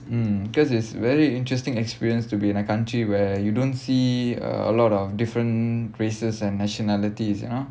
mm because it's a very interesting experience to be in a country where you don't see a lot of different races and nationalities you know